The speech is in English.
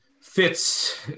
fits